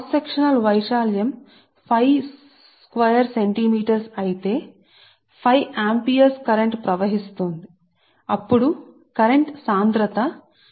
వాస్తవానికి ఇది dc current అయితే క్రాస్ సెక్షనల్ ఏరియా అంటే 5 చదరపు సెంటీమీటర్ చాలా పెద్ద కోర్సు 5 సెంటీమీటర్ స్క్వేర్ మరియు 5 ఆంపియర్ కరెంట్ ప్రవహిస్తుందని చెప్పండి